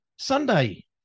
Sunday